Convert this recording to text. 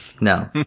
No